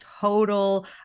total